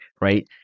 Right